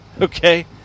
okay